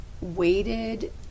waited